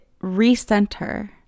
recenter